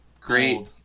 Great